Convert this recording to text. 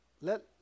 let